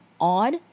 Odd